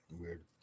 Weird